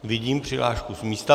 Vidím přihlášku z místa.